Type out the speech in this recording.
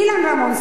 אילן רמון,